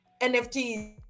nft